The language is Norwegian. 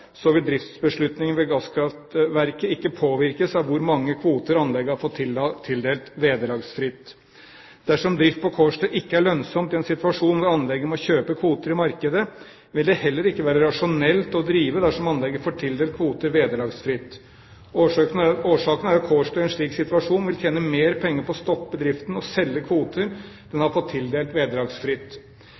vil driftsbeslutningen ved gasskraftverket ikke påvirkes av hvor mange kvoter anlegget har fått tildelt vederlagsfritt. Dersom drift på Kårstø ikke er lønnsomt i en situasjon hvor anlegget må kjøpe kvoter i markedet, vil det heller ikke være rasjonelt å drive dersom anlegget får tildelt kvoter vederlagsfritt. Årsaken er at Kårstø i en slik situasjon vil tjene mer penger på å stoppe driften og selge kvoter de har fått tildelt,